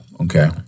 Okay